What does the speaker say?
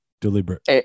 Deliberate